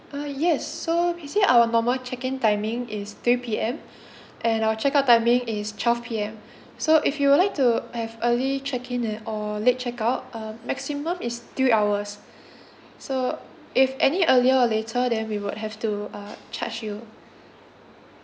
uh yes so basically our normal check in timing is three P_M and our check out timing is twelve P_M so if you would like to have early check in and or late check out uh maximum is three hours so if any earlier or later then we would have to uh charge you